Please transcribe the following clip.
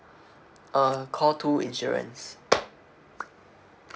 uh call two insurance